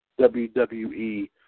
WWE